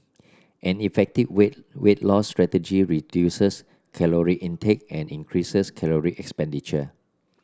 an effective weight weight loss strategy reduces caloric intake and increases caloric expenditure